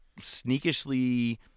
sneakishly